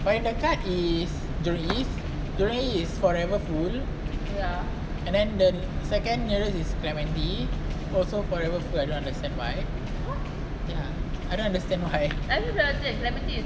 paling dekat is jurong east jurong east is forever full and then the second nearest is clementi also forever full I don't understand why ya I don't understand why